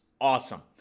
awesome